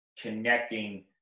connecting